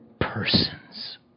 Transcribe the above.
persons